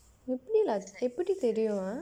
எப்படி:eppadi lah எப்படி தெரியும்:eppadi theriyum ah